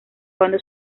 cuando